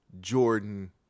Jordan